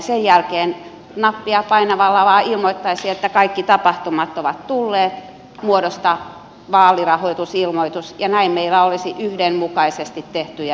sen jälkeen nappia painamalla vain ilmoittaisi että kaikki tapahtumat ovat tulleet muodosta vaalirahoitusilmoitus ja näin meillä olisi yhdenmukaisesti tehtyjä ilmoituksia